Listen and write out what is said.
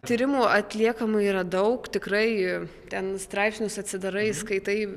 tyrimų atliekamų yra daug tikrai ten straipsnius atsidarai skaitai